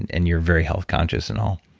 and and you're very health conscious and all,